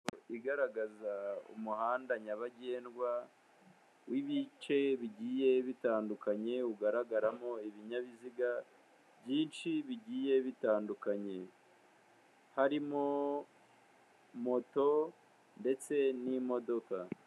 Igaragaza umuhanda nyabagendwa w'ibice bigiye bitandukanye, ugaragaramo ibinyabiziga byinshi bigiye bitandukanye harimo moto ndetse n'imodoka.